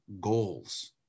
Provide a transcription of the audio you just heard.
goals